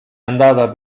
andata